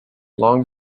long